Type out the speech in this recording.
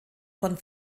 von